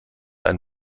ein